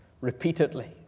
repeatedly